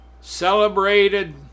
celebrated